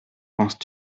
penses